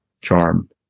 charm